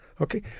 Okay